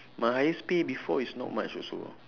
my highest pay before is not much also